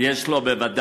יש לה בוודאי